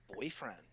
boyfriend